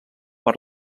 per